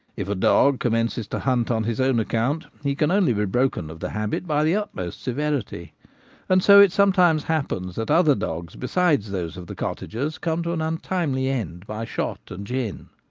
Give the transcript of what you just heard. if a dog commences to hunt on his own account, he can only be broken of the habit by the utmost severity and so it sometimes happens that other dogs besides those of the cottagers come to an untimely end by shot and gin.